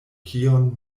kion